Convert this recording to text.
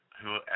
whoever